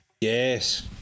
Yes